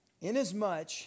Inasmuch